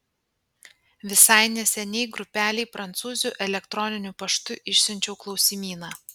visai neseniai grupelei prancūzių elektroniniu paštu išsiunčiau klausimyną